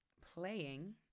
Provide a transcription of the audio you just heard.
playing